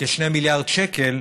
כ-2 מיליארד שקל,